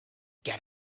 get